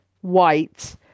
white